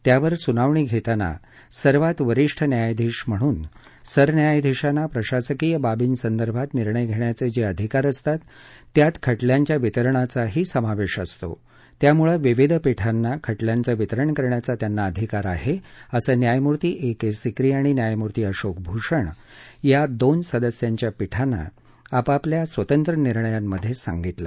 त्यावर सुनावणी घेताना सर्वात वरीष्ठ न्यायाधीश म्हणून सरन्यायाधीशांना प्रशासकीय बाबीसंदर्भात निर्णय घेण्याचे जे अधिकार असतात त्यात खटल्यांच्या वितरणाचाही समावेश असतो त्यामुळे विविध पिठांना खटल्यांचं वितरण करण्याचा त्यांना अधिकार आहे असं न्यायमूर्ती ए के सिक्री आणि न्यायमूर्ती अशोक भूषण या दोन सदस्यांच्या पिठानं आपापल्या स्वतंत्र निर्णयांमध्ये सांगितलं